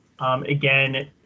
Again